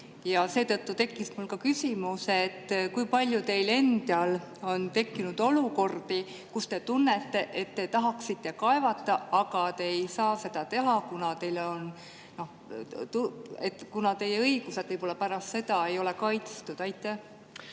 Seetõttu tekkis mul küsimus, kui palju teil endal on tekkinud olukordi, kus te tunnete, et te tahaksite kaevata, aga te ei saa seda teha, kuna teie õigused võib-olla pärast seda ei ole kaitstud. Aitäh!